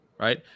Right